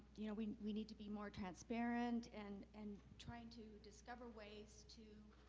you know, we we need to be more transparent in and trying to discover ways to